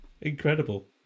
Incredible